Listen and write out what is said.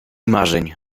marzeń